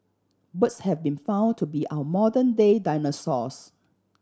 birds have been found to be our modern day dinosaurs